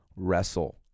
Wrestle